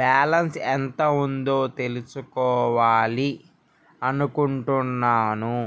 balance ఎంత ఉందో తెలుసుకోవాలి అనుకుంటున్నాను